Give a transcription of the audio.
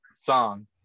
song